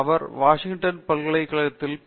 அவர் Washington பல்கலைக்கழகத்திலிருந்து B